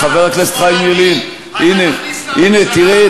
חבר הכנסת חיים ילין, הנה, תראה,